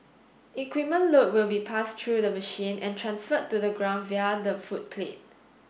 equipment load will be passed through the machine and transferred to the ground via the footplate